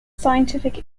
scientific